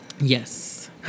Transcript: yes